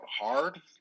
hard